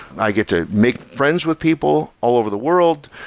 i get to make friends with people all over the world.